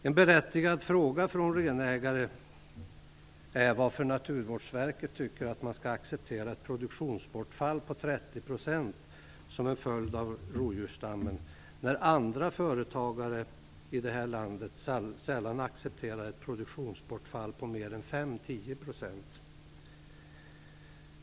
En berättigad fråga från renägare är varför Naturvårdsverket tycker att man skall acceptera ett produktionsbortfall på 30 % som en följd av rovdjursstammen, när andra företagare här i landet sällan accepterar ett produktionsbortfall på mer än 5-10 %.